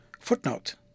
Footnote